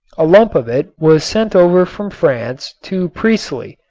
a lump of it was sent over from france to priestley,